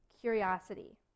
Curiosity